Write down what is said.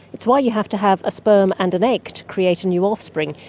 it's why you have to have a sperm and an egg to create new offspring.